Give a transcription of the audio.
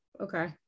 Okay